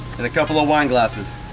and a couple of wine glasses,